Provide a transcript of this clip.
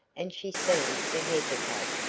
and she seemed to hesitate.